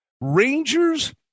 Rangers